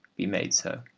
be made so.